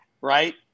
right